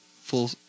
full